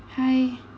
hi